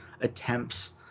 attempts